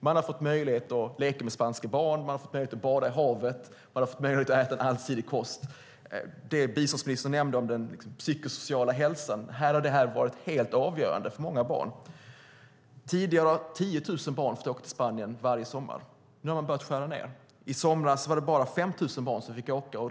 De har fått möjlighet att leka med spanska barn, bada i havet och äta en allsidig kost. Biståndsministern nämnde den psykosociala hälsan. Möjligheten att resa bort har här varit helt avgörande för den psykosociala hälsan för många barn. Tidigare har 10 000 barn fått åka till Spanien varje sommar. Nu har man börjat skära ned. I somras var det bara 5 000 barn som fick åka.